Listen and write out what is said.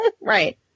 right